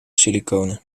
silicone